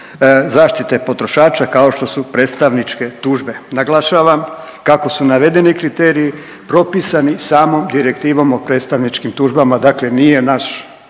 zaštite potrošača kao što su predstavničke tužbe. Naglašavam kako su navedeni kriteriji propisani samom direktivom o predstavničkim tužbama, dakle nije naš